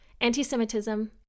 Anti-Semitism